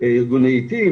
ארגוני "עתים",